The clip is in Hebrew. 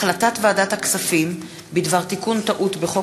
החלטת ועדת הכספים בדבר תיקון טעות בחוק